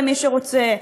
למי שרוצה,